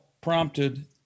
prompted